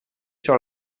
sur